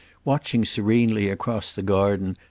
watching serenely, across the garden,